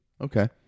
Okay